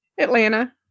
Atlanta